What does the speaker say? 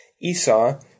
Esau